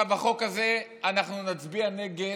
החוק הזה, אנחנו נצביע נגד,